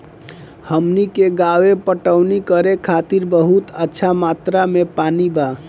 हमनी के गांवे पटवनी करे खातिर बहुत अच्छा मात्रा में पानी बा